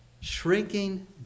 Shrinking